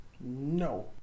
no